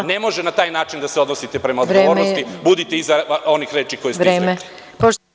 Ne možete da taj način da se odnosite prema odgovornosti, budite iza onih reči koje ste izrekli.